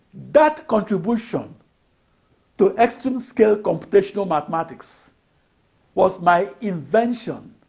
that contribution to extreme-scale computational mathematics was my invention